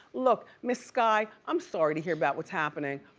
look, miss. sky, i'm sorry to hear about what's happening.